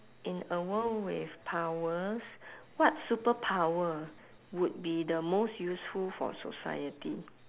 in a world with powers what superpower would be the most useful for society